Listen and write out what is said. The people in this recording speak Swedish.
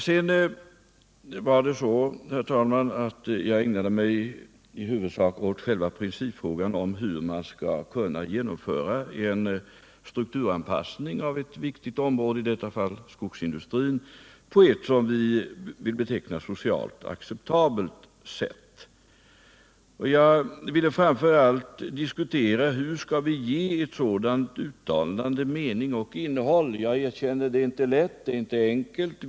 Sedan var det så, herr talman, att jag i huvudsak ägnade mig åt själva principfrågan om hur man skall kunna genomföra en strukturanpassning av ett viktigt område, i detta fall skogsindustrin, på ett som vi vill beteckna socialt acceptabelt sätt. Jag vill framför allt diskutera hur vi skall ge ett sådant uttalande mening och innehåll. Jag erkänner att det inte är lätt.